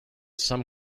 some